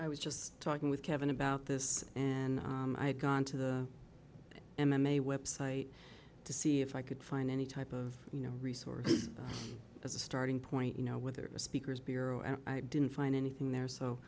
i was just talking with kevin about this and i've gone to the m m a website to see if i could find any type of you know resources as a starting point you know whether it was speakers bureau and i didn't find anything there so